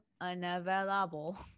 unavailable